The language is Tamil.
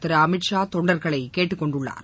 திரு அமித்ஷா தொண்டர்களை கேட்டுக்கொண்டுள்ளார்